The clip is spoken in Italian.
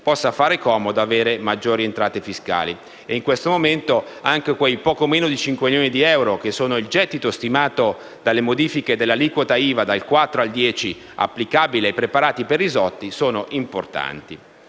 possa fare comodo avere maggiori entrate fiscali. In questo momento, anche quei poco meno di cinque milioni di euro, che sono il gettito stimato dalle modifiche alla aliquota IVA - dal 4 al 10 per cento - applicabile ai preparati per risotti sono importanti.